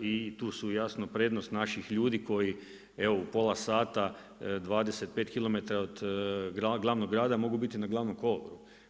i tu su jasno prednost naših ljudi koji evo u pola sata 25km od glavnog grada mogu biti na Glavnom kolodvoru.